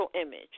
image